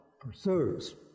pursues